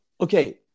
Okay